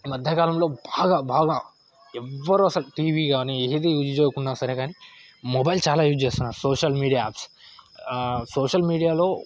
ఈ మధ్యకాలంలో బాగా బాగా ఎవ్వరు అసలు టీవీ కానీ ఏది యూజ్ చేయకున్నా సరే కానీ మొబైల్ చాలా యూజ్ చేస్తున్నారు సోషల్ మీడియా యాప్స్ సోషల్ మీడియాలో